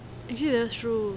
actually that's true